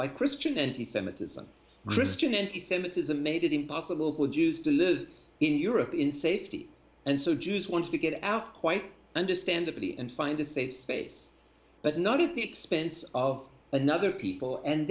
by christian anti semitism christian anti semitism made it impossible for jews to live in europe in safety and so jews want to get out quite understandably and find a safe space but not at the expense of another people and